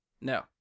No